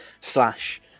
slash